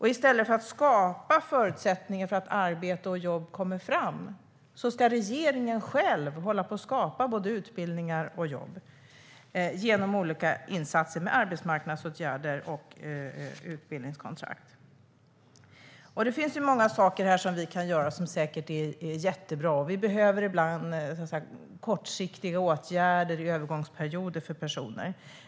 I stället för att skapa förutsättningar för att arbete och jobb kommer fram ska regeringen själv hålla på att skapa både utbildningar och jobb genom olika insatser, arbetsmarknadsåtgärder och utbildningskontrakt. Det finns många saker som vi kan göra som säkert är jättebra, och vi behöver ibland kortsiktiga åtgärder i övergångsperioder för personer.